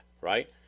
right